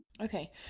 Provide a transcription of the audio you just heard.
Okay